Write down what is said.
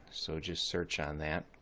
so just search on that.